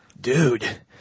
Dude